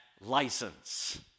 license